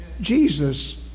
Jesus